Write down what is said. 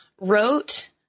wrote